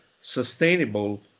sustainable